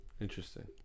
Interesting